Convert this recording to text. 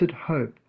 hope